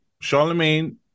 Charlemagne